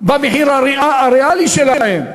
במחיר הריאלי שלהם,